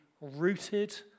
rooted